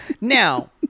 Now